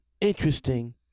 interesting